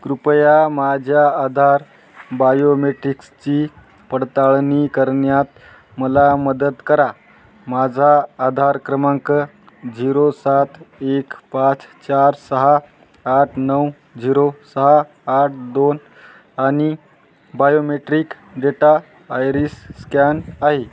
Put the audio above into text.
कृपया माझ्या आधार बायोमेट्रिक्सची पडताळणी करण्यात मला मदत करा माझा आधार क्रमांक झिरो सात एक पाच चार सहा आठ नऊ झिरो सहा आठ दोन आणि बायोमेट्रिक डेटा आयरीस स्कॅन आहे